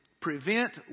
prevent